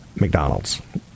McDonald's